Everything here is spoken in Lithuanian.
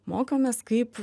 mokomės kaip